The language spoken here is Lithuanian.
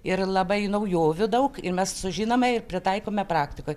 ir labai naujovių daug ir mes sužinome ir pritaikome praktikoj